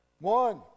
One